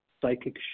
psychic